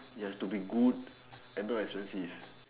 it has to be good and not expensive